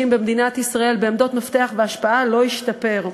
במדינת ישראל בעמדות מפתח והשפעה לא השתפר.